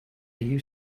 you